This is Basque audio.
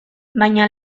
baina